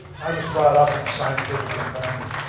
i was brought up in a scientific environment.